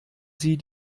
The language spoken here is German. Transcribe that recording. sie